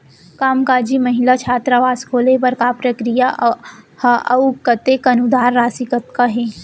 कामकाजी महिला छात्रावास खोले बर का प्रक्रिया ह अऊ कतेक अनुदान राशि कतका हे?